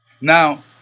Now